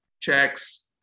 checks